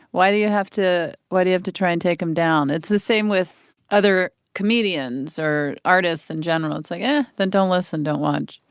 why do you have to? what? you have to try and take him down. it's the same with other comedians or artists in general. it's like, yeah. then don't listen. don't want.